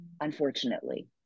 unfortunately